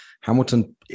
Hamilton